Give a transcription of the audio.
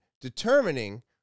determining